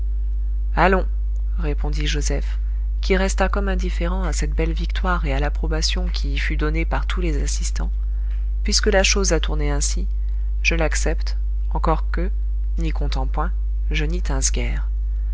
allons répondit joseph qui resta comme indifférent à cette belle victoire et à l'approbation qui y fut donnée par tous les assistants puisque la chose a tourné ainsi je l'accepte encore que n'y